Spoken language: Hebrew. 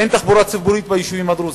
אין תחבורה ציבורית ביישובים הדרוזים,